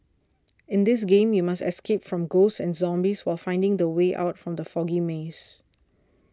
in this game you must escape from ghosts and zombies while finding the way out from the foggy maze